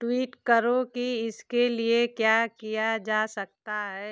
tweet करो कि इसके लिए क्या किया जा सकता है